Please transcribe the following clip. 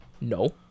no